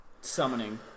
summoning